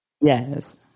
yes